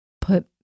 put